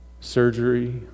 surgery